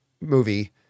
movie